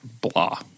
blah